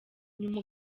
nyuma